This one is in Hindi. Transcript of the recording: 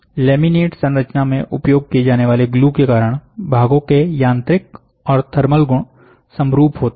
लेमिनेट संरचना में उपयोग किए जाने वाले ग्लू के कारण भागों के यांत्रिक और थर्मल गुण समरूप होते हैं